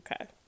Okay